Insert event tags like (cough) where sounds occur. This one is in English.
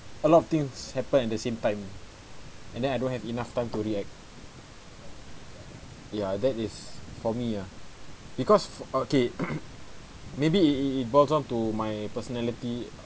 a lot of things happen at the same time and then I don't have enough time to react ya that is for me ah because okay (coughs) maybe it it it boils down to my personality